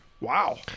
Wow